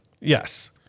Yes